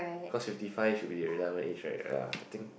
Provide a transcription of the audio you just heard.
cause fifty five should be the retirement age right ya I think